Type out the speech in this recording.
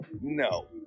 No